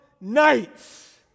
Nights